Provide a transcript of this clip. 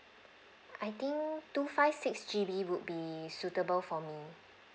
I think two five six G_B would be suitable for me